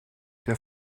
der